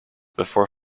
before